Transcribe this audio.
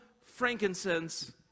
frankincense